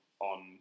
on